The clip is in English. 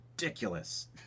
ridiculous